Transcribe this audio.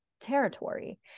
territory